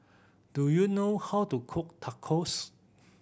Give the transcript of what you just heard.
do you know how to cook Tacos